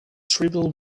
tribal